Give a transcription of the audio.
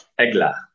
Egla